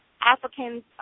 Africans